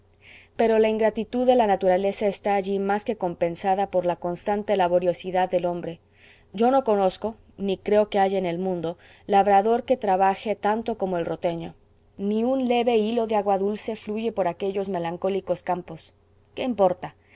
pero la ingratitud de la naturaleza está allí más que compensada por la constante laboriosidad del hombre yo no conozco ni creo que haya en el mundo labrador que trabaje tanto como el roteño ni un leve hilo de agua dulce fluye por aquellos melancólicos campos qué importa